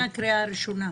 לפני הקריאה הראשונה.